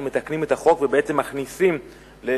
אנחנו מתקנים את החוק ובעצם מכניסים לתוך